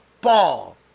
ball